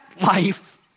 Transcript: life